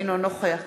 אינו נוכח